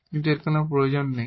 কিন্তু এর কোন প্রয়োজন নেই